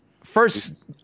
first